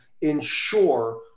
ensure